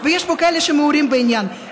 ויש פה כאלה שמעורים בעניין,